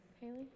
Haley